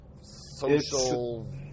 social